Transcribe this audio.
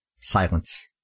Silence